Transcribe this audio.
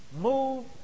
move